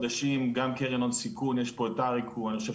אני חושב שהוא בעצמו יגיד ששלושה חודשים זה סביר.